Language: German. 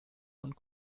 und